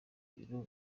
biro